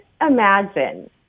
imagine